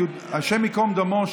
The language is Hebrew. השם ייקום דמו,